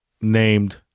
named